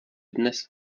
dnes